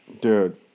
Dude